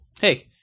Hey